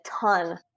ton